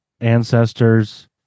ancestors